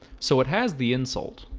so it has the insult